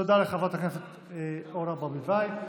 תודה לחברת הכנסת אורנה ברביבאי.